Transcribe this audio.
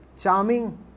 charming